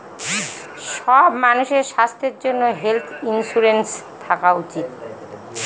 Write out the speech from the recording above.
সব মানুষের স্বাস্থ্যর জন্য হেলথ ইন্সুরেন্স থাকা উচিত